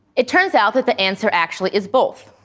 it turns out that the answer actually is both.